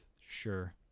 Sure